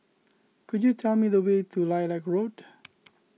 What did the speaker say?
could you tell me the way to Lilac Road